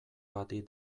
bati